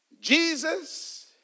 Jesus